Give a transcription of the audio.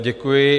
Děkuji.